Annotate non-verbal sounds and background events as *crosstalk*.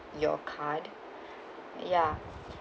your card *breath* yeah *breath*